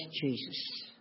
Jesus